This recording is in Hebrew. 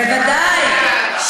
בוודאי.